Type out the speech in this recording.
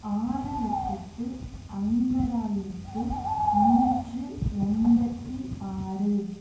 ஆறு லட்சத்து ஐம்பதாயிரத்து நூற்று எண்பத்தி ஆறு